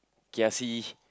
kiasi